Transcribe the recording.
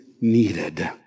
needed